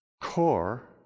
core